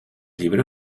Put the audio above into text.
llibre